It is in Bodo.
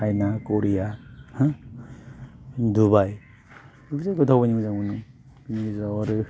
चायना क'रिया डुबाइ बेफोर जायगायाव दावबायनो मोजां मोनो बिनि गेजेराव आरो